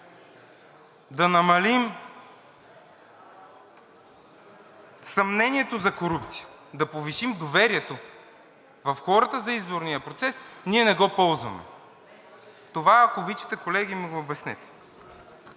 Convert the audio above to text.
да намалим съмнението за корупция, да повишим доверието в хората за изборния процес, ние не го ползваме?! Колеги, ако обичате, това ми го обяснете.